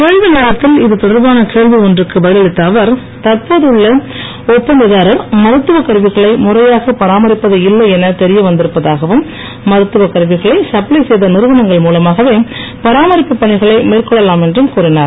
கேள்வி நேரத்தில் இது தொடர்பான கேள்வி ஒன்றுக்கு பதில் அளித்த அவர் தற்போது உள்ள ஒப்பந்ததாரர் மருத்துவ கருவிகளை முறையாக பராமரிப்பது இல்லை என தெரிய வந்திருப்பதாகவும் மருத்துவ கருவிகனை சப்ளை செய்த நிறுவனங்கள் மூலமாகவே பராமரிப்பு பணிகளை மேற்கொள்ளலாம் என்றும் கூறினார்